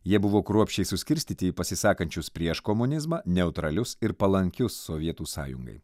jie buvo kruopščiai suskirstyti į pasisakančius prieš komunizmą neutralius ir palankius sovietų sąjungai